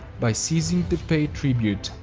by ceasing to pay tribute,